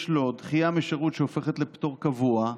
יש לו דחייה משירות שהופכת לפטור קבוע,